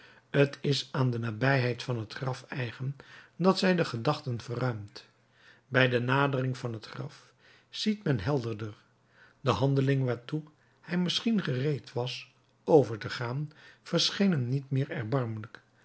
t is aan de nabijheid van het graf eigen dat zij de gedachten verruimt bij de nadering van het graf ziet men helderder de handeling waartoe hij misschien gereed was over te gaan verscheen hem niet meer erbarmelijk